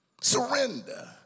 Surrender